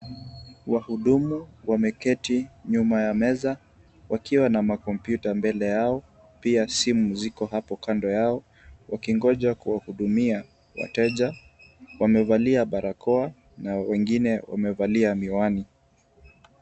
Wahudumu wameketi nyuma ya meza, wakiwa na kompyuta mbele yao pia simu zipo kando yao. Wakingoja kuwahudumia wateja, wamevalia barakoa na wengine wamevalia miwani.